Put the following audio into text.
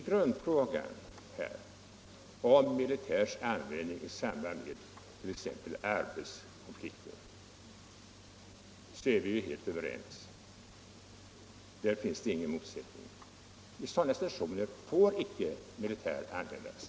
I grundfrågan, militärs användning i samband med t.ex. arbetskonflikter, är vi helt överens. Där finns det inga motsättningar. I sådana situationer får icke militär användas.